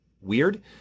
weird